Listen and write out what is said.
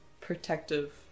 protective